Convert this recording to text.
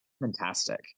fantastic